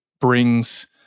brings